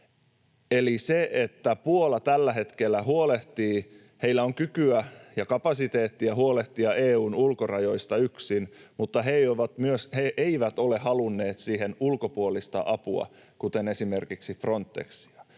Eli Puola tällä hetkellä huolehtii, heillä on kykyä ja kapasiteettia huolehtia EU:n ulkorajoista yksin, mutta he eivät ole halunneet siihen ulkopuolista apua, kuten esimerkiksi Frontexia.